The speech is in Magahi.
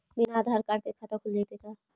बिना आधार कार्ड के खाता खुल जइतै का?